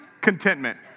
contentment